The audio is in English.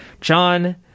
John